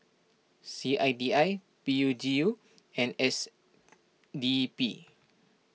C I D I P U G U and S D P